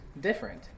different